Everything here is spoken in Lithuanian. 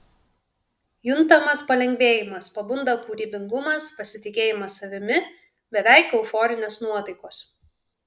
juntamas palengvėjimas pabunda kūrybingumas pasitikėjimas savimi beveik euforinės nuotaikos